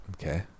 Okay